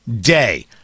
day